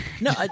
No